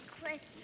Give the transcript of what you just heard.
Christmas